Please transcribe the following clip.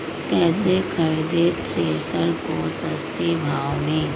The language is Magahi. कैसे खरीदे थ्रेसर को सस्ते भाव में?